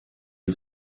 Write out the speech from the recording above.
you